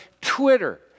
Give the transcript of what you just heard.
Twitter